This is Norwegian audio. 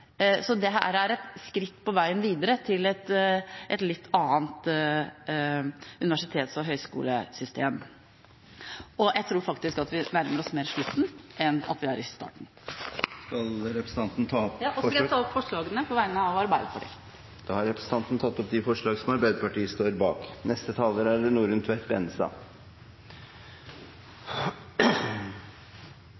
Så dette er et skritt på veien videre til et litt annet universitets- og høyskolesystem, og jeg tror faktisk at vi nærmer oss mer slutten enn at vi er i starten. Så skal jeg ta opp forslaget fra Arbeiderpartiet og forslagene Arbeiderpartiet, Senterpartiet og SV står sammen om. Representanten Marianne Aasen har tatt opp de